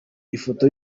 ifoto